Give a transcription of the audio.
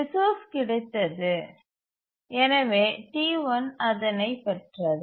resource கிடைத்தது எனவே T1 அதனை பெற்றது